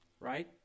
right